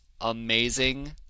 amazing